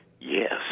Yes